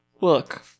Look